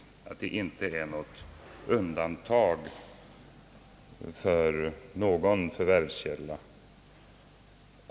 Undantag görs inte för någon förvärvskälla, enligt utskottet.